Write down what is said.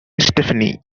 stephanie